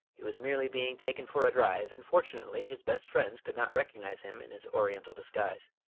he was merely being taken for a drive, and fortunately his best friends could not recognise him in his oriental disguise.